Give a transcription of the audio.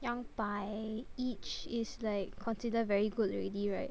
两百 each is like considered very good already right